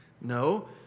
No